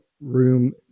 room